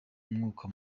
umwuka